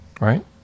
Right